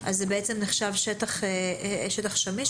זה נחשב שטח שמיש?